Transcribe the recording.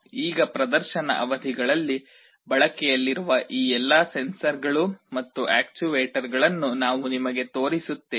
ಈಗ ಪ್ರದರ್ಶನ ಅವಧಿಗಳಲ್ಲಿ ಬಳಕೆಯಲ್ಲಿರುವ ಈ ಎಲ್ಲಾ ಸೆನ್ಸರ್ ಗಳು ಮತ್ತು ಆಕ್ಯೂವೇಟರ್ಗಳನ್ನು ನಾವು ನಿಮಗೆ ತೋರಿಸುತ್ತೇವೆ